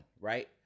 Right